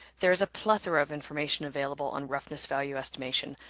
there is a plethora of information available on roughness value estimation,